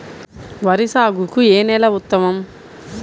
వరి సాగుకు ఏ నేల ఉత్తమం?